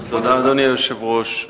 תודה, אדוני היושב-ראש.